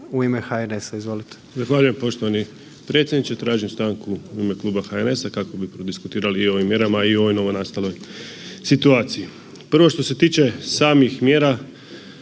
poštovani predsjedniče, tražim stanku u ime HNS-a kako bi prodiskutirali i o ovim mjerama i o ovoj novonastaloj situaciji. Prvo što se tiče samih mjera